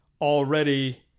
already